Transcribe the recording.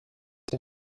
der